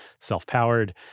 self-powered